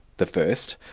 the first,